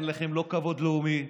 אין לכם כבוד לאומי,